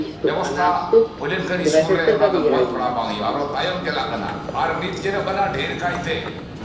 ᱵᱮᱵᱚᱥᱛᱷᱟ ᱦᱩᱭ ᱞᱮᱱᱠᱷᱟᱱ ᱥᱠᱩᱞ ᱨᱮ ᱚᱱᱟ ᱫᱚ ᱢᱚᱸᱡᱽ ᱯᱟᱲᱦᱟᱣ ᱵᱟᱝ ᱦᱩᱭᱩᱜᱼᱟ ᱟᱨᱚ ᱛᱟᱭᱚᱢ ᱪᱟᱞᱟᱜ ᱠᱟᱱᱟ ᱟᱨ ᱱᱤᱛ ᱧᱮᱞᱚᱜ ᱠᱟᱱᱟ ᱰᱷᱮᱹᱨ ᱠᱟᱭᱛᱮ